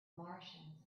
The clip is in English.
martians